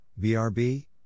BRB